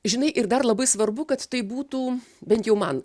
žinai ir dar labai svarbu kad tai būtų bent jau man